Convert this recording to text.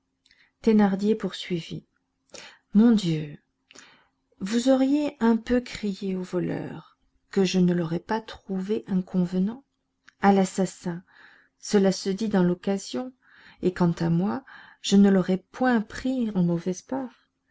thénardier poursuivit mon dieu vous auriez un peu crié au voleur que je ne l'aurais pas trouvé inconvenant à l'assassin cela se dit dans l'occasion et quant à moi je ne l'aurais point pris en mauvaise part